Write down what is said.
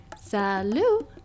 Salut